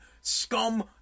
scum